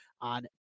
on